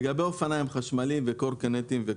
לגבי אופניים חשמליים וקורקינטים.